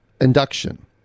induction